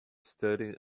studying